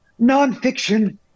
Nonfiction